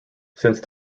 since